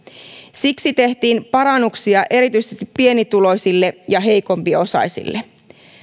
siksi tehtiin parannuksia erityisesti pienituloisille ja heikompiosaisille